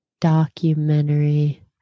documentary